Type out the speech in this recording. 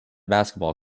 basketball